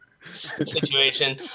situation